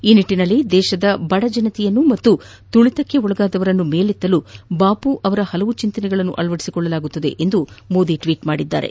ಈ ನಿಟ್ಟಿನಲ್ಲಿ ದೇಶದ ಬಡಜನರನ್ನು ಹಾಗೂ ತುಳಿತಕ್ಕೊಳಗಾದವರನ್ನು ಮೇಲೆತ್ತಲು ಬಾಪು ಅವರ ಹಲವಾರು ಚಿಂತನೆಗಳನ್ನು ಅಳವಡಿಸಿಕೊಳ್ಳಲಾಗುವುದು ಎಂದು ಮೋದಿ ಟ್ವೀಟ್ ಮಾಡಿದ್ದಾರೆ